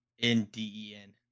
N-D-E-N